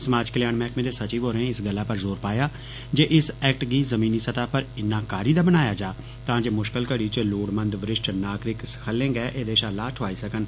समाज कल्याण मैहकमे दे सचिव होरें इस गल्ला पर ज़ोर पाया जे इस एक्ट गी ज़मीनी स्तह पर इना कारी दा बनाया जा तां जे मुश्कल घड़ी च लोड़मंद वरिष्ठ नागरिक सखलैं गै ऐदा शा लाह ठोआई सकन